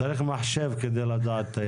צריך מחשב כדי לדעת את הימים.